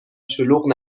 شلوغ